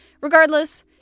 regardless